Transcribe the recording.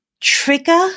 trigger